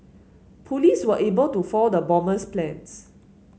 police were able to foil the bomber's plans